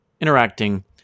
Interacting